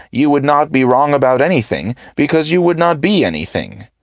you would not be wrong about anything, because you would not be anything.